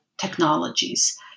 Technologies